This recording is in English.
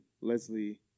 Leslie